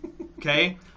Okay